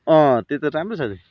अँ त्यो त राम्रो छ नि